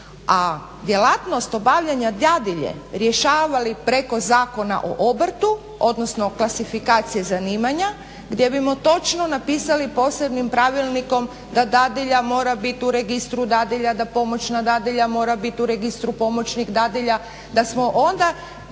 A djelatnost obavljanja dadilje rješavali preko Zakona o obrtu, odnosno klasifikacije zanimanja gdje bi mu točno napisali posebnim pravilnikom da dadilja mora biti u registru dadilja, da pomoćna dadilja mora biti u registru pomoćnih dadilja. Da smo onda